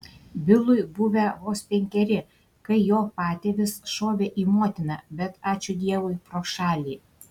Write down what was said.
bilui buvę vos penkeri kai jo patėvis šovė į motiną bet ačiū dievui pro šalį